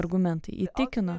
argumentai įtikino